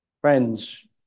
Friends